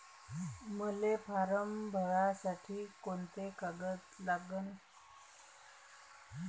मले फारम भरासाठी कोंते कागद लागन?